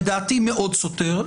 לדעתי מאוד מסותר.